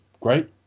great